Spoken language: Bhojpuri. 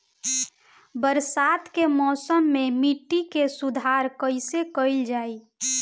बरसात के मौसम में मिट्टी के सुधार कईसे कईल जाई?